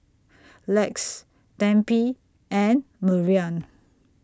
Lex Tempie and Marian